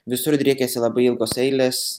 visur driekiasi labai ilgos eilės